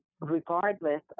regardless